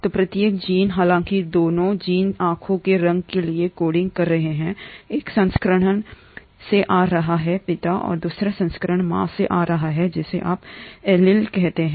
तो प्रत्येक जीन हालांकि दोनों जीन आंखों के रंग के लिए कोडिंग कर रहे हैंएक संस्करण से आ रहा है पिता और दूसरा संस्करण मां से आ रहा है जिसे आप एलील कहते हैं